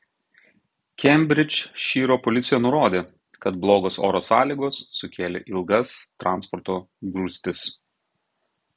kembridžšyro policija nurodė kad blogos oro sąlygos sukėlė ilgas transporto grūstis